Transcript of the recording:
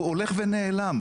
הוא הולך ונעלם,